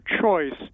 choice